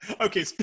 okay